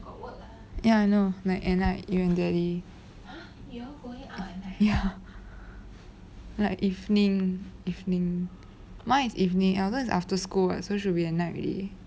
ya I know like at night you and daddy ya like evening evening mine it's evening eldon is after school but so should be at night already